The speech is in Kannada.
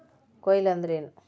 ಕೊಯ್ಲು ಅಂದ್ರ ಏನ್?